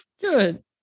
good